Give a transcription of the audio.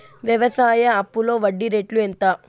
వ్యవసాయ అప్పులో వడ్డీ రేట్లు ఎంత?